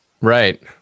Right